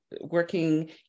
working